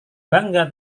bangga